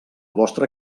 vostre